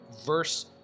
verse